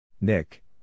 Nick